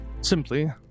Simply